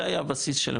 זה היה הבסיס של הממשלה,